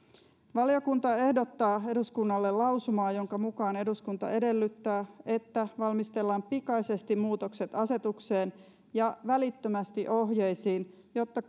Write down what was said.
valiokunta ehdottaa eduskunnalle lausumaa jonka mukaan eduskunta edellyttää että valmistellaan pikaisesti muutokset asetukseen ja välittömästi ohjeisiin jotta